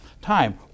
time